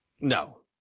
No